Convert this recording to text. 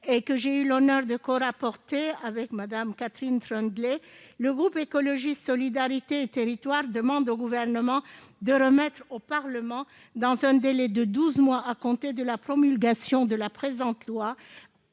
et que j'ai eu l'honneur de corédiger avec Mme Catherine Troendlé, le groupe Écologiste -Solidarité et Territoires demande au Gouvernement de remettre au Parlement, dans un délai de douze mois à compter de la promulgation de la présente loi,